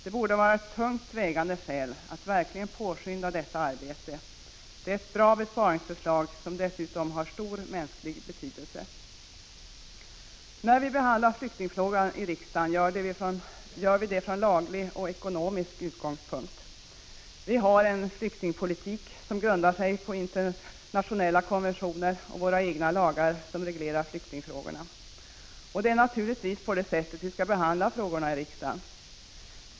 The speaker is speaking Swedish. Det borde vara ett tungt vägande skäl för att verkligen påskynda detta arbete. Det är ett bra besparingsförslag, som dessutom har stor mänsklig betydelse. När vi behandlar flyktingfrågan i riksdagen gör vi det från laglig och ekonomisk utgångspunkt. Sveriges flyktingpolitik grundar sig på internationella konventioner och landets egna lagar som reglerar flyktingfrågorna. Det är naturligtvis på det sättet som vi skall behandla frågorna i riksdagen.